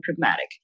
pragmatic